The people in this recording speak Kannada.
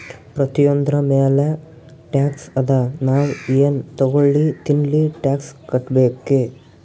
ಪ್ರತಿಯೊಂದ್ರ ಮ್ಯಾಲ ಟ್ಯಾಕ್ಸ್ ಅದಾ, ನಾವ್ ಎನ್ ತಗೊಲ್ಲಿ ತಿನ್ಲಿ ಟ್ಯಾಕ್ಸ್ ಕಟ್ಬೇಕೆ